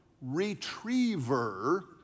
retriever